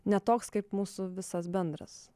ne toks kaip mūsų visas bendras